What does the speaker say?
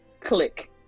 Click